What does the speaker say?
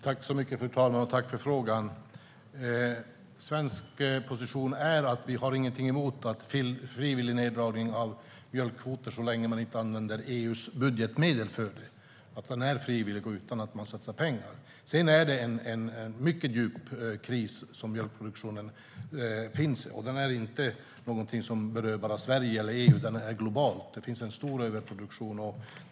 Fru talman! Jag vill tacka för frågan. Den svenska positionen är att vi inte har någonting emot frivillig neddragning av mjölkkvoter så länge man inte använder EU:s budgetmedel för det. Det ska vara frivilligt, och man ska inte satsa pengar på det. Mjölkproduktionen befinner sig i en mycket djup kris. Den berör inte bara Sverige eller EU. Krisen är global. Det finns en stor överproduktion.